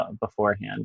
beforehand